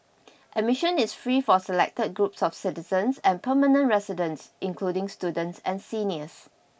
admission is free for selected groups of citizens and permanent residents including students and seniors